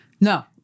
No